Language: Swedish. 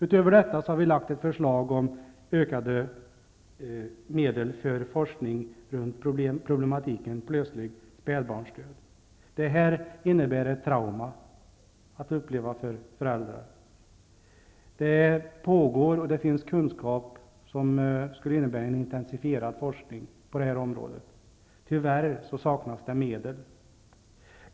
Utöver detta har vi lagt fram ett förslag om ökade medel för forskning runt problematiken plötslig spädbarnsdöd. Denna upplevelse innebär ett trauma för föräldrar. Det finns kunskap som skulle innebära en intensifierad forskning på det här området. Tyvärr saknas det medel.